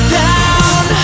down